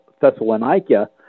Thessalonica